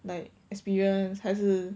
like experience 还是